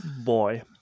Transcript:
Boy